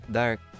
dark